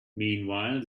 meanwhile